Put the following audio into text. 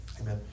Amen